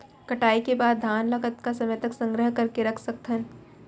कटाई के बाद धान ला कतका समय तक संग्रह करके रख सकथन?